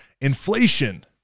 Inflation